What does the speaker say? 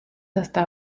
hasta